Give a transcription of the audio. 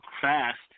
fast